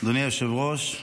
ציון יום יהודי תימן